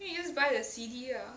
then you just buy the C_D lah